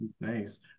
Nice